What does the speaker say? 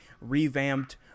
revamped